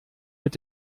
mit